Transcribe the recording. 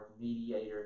mediator